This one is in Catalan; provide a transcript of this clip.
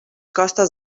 costes